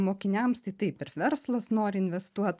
mokiniams tai taip ir verslas nori investuot